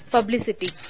Publicity